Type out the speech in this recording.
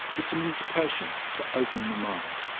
it's an invitation to open the mind.